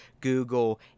Google